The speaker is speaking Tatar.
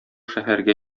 шәһәргә